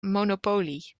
monopolie